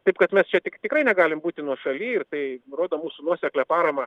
taip kad mes čia tik tikrai negalime būti nuošaly ir tai rodo mūsų nuoseklią paramą